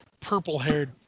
Purple-haired